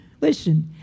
Listen